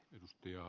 kun ed